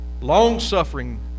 long-suffering